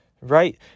Right